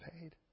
paid